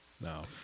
No